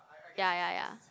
ya ya ya